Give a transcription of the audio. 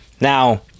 Now